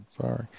sorry